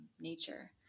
nature